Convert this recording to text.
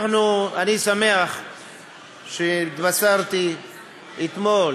אני שמח שהתבשרתי אתמול